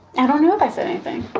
i don't know if i said anything.